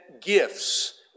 gifts